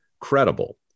credible